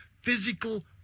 physical